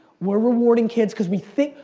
we're rewarding kids because we think,